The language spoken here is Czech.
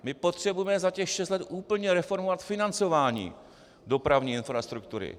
My potřebujeme za těch šest let úplně reformovat financování dopravní infrastruktury.